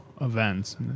events